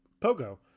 Pogo